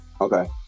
okay